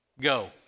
Go